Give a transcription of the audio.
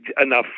enough